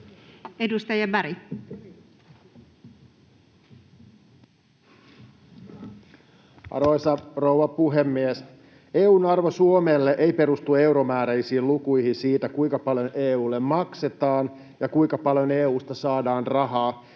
Content: Arvoisa rouva puhemies! EU:n arvo Suomelle ei perustu euromääräisiin lukuihin siitä, kuinka paljon EU:lle maksetaan ja kuinka paljon EU:sta saadaan rahaa,